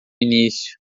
início